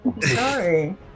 Sorry